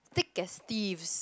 thick as thieves